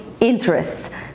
interests